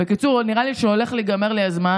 בקיצור, נראה לי שהולך להיגמר לי הזמן.